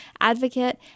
advocate